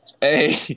Hey